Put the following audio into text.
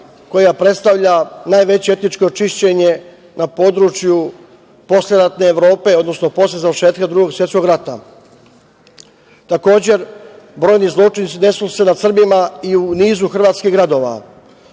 koja predstavlja najveće etničko čišćenje na području posleratne Evrope, odnosno posle završetka Drugog svetskog rata. Takođe, brojni zločini su se desili nad Srbima i u nizu hrvatskih gradova,